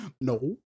No